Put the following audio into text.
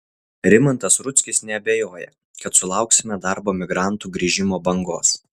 rimantas rudzkis neabejoja kad sulauksime darbo migrantų grįžimo bangos